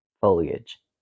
Foliage